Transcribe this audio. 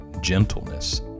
gentleness